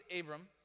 abram